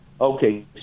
Okay